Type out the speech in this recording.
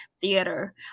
theater